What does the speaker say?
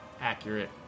accurate